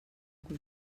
que